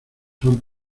son